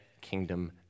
kingdom